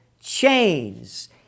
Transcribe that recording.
Chains